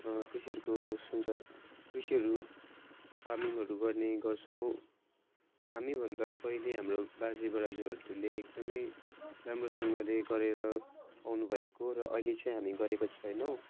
कृषिहरको सञ्चार कृषिहरू फार्मिङहरू गर्ने गर्छौँ हामी भन्दा पहिले हाम्रो बाजेबराजुहरूले नै एकदमै राम्रोसँगले गरेर आउनु भएको र अहिले चाहिँ हामी गरेको छैनौँ